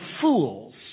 fools